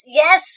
yes